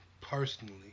personally